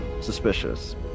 Suspicious